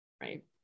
right